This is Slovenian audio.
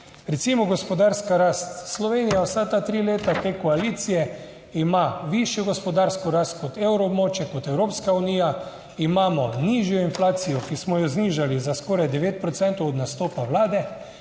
Recimo gospodarska rast. Slovenija vsa ta tri leta te koalicije ima višjo gospodarsko rast kot Evroobmočje, kot Evropska unija. Imamo nižjo inflacijo, ki smo jo znižali za skoraj 9 procentov, od nastopa Vlade.